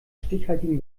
stichhaltigen